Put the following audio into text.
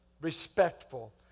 respectful